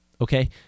okay